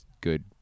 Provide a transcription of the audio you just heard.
good